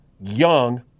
young